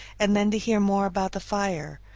and then to hear more about the fire.